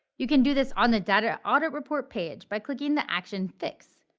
you can do this on the data audit report page, by clicking the action fix,